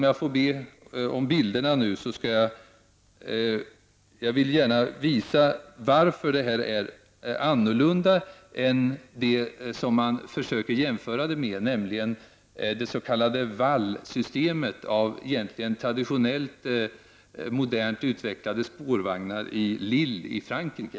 Jag vill gärna visa varför det här skiljer sig från det som man försöker jämföra med, nämligen det s.k. Wallsystemet — egentligen traditionellt modernt utvecklade spårvagnar i Lille, Frankrike.